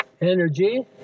energy